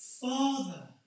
Father